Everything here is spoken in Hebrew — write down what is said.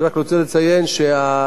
אני רק רוצה לציין שהחוק